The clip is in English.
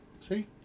See